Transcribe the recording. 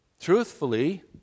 Truthfully